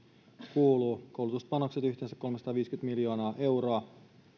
kuuluu koulutuspanokset yhteensä kolmesataaviisikymmentä miljoonaa euroa